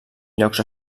llocs